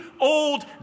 old